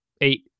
eight